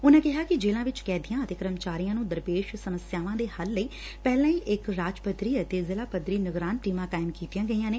ਉਨ੍ਹਾ ਕਿਹਾ ਕਿ ਜੇਲੁਾ ਚ ਕੈਦੀਆ ਅਤੇ ਕਰਮਚਾਰੀਆ ਨ੍ਹੰ ਦਰਪੇਸ਼ ਸਮੱਸਿਆਵਾਂ ਦੇ ਹੱਲ ਲਈ ਪਹਿਲਾਂ ਹੀ ਇਕ ਰਾਜ ਪੱਧਰੀ ਅਤੇ ਜ਼ਿਲ੍ਹਾ ਪੱਧਰੀ ਨਿਗਰਾਨ ਟੀਮਾਂ ਕਾਇਮ ਕੀਤੀਆਂ ਗਈਆਂ ਨੇ